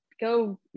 go